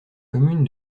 commune